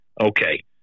Okay